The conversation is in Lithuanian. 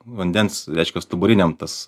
vandens reiškia stuburiniam tas